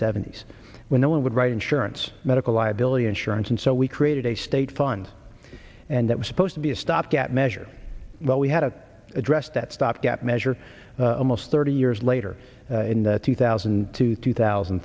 seventy s when no one would write insurance medical liability insurance and so we created a state fund and that was supposed to be a stopgap measure but we had to address that stopgap measure most thirty years later in the two thousand and two two thousand